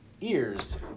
Ears